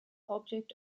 object